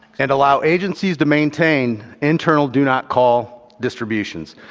and allow agencies to maintain internal do-not-call distributions.